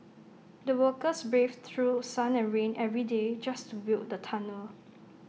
the workers braved through sun and rain every day just to build the tunnel